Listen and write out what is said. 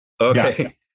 Okay